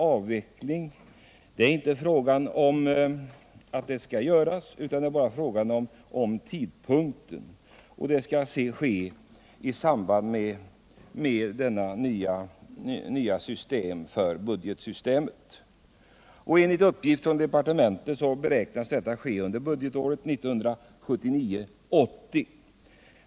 Avvecklingen skall ske i samband med införandet av det nya budgetsystemet. Enligt uppgift från departementet beräknas införandet äga rum under budgetåret 1979/80.